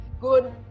good